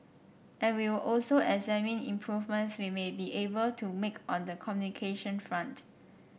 and we will also examine improvements we may be able to make on the communication front